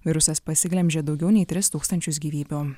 virusas pasiglemžė daugiau nei tris tūkstančius gyvybių